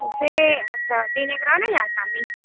तुसें अच्छा दिनै कराना जां शामीं